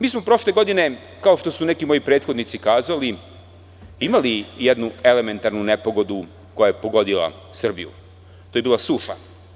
Mi smo prošle godine, kao što su neki moji prethodnici kazali, imali jednu elementarnu nepogodu koja je pogodila Srbiju, to je bila suša.